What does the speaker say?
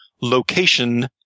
location